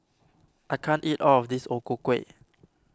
I can't eat all of this O Ku Kueh